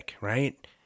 right